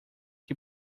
que